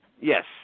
Yes